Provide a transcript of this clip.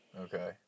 Okay